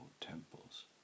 temples